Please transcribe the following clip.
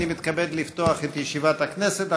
מתכבד לפתוח את ישיבת הכנסת.